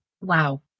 Wow